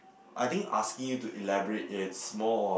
I think asking you to elaborate it's more of